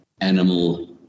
animal